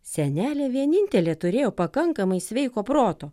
senelė vienintelė turėjo pakankamai sveiko proto